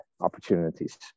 opportunities